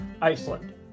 Iceland